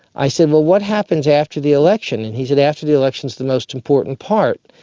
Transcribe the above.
i said, well, what happens after the election? and he said, after the election is the most important part.